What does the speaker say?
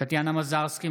טטיאנה מזרסקי,